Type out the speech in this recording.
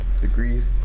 Degrees